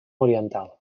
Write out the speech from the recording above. oriental